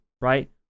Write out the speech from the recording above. right